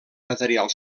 material